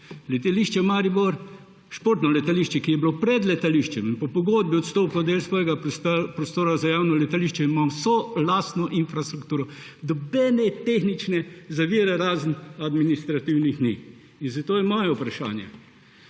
Letališče Maribor, športno letališče, ki je bilo pred letališčem in po pogodbi odstopa del svojega prostora za javno letališče, ima vso lastno infrastrukturo in ni nobenih tehničnih ovir razen administrativnih. Zato je moje vprašanje,